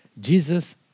Jesus